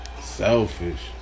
Selfish